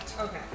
Okay